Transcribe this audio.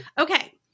Okay